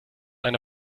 eine